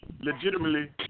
legitimately